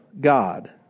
God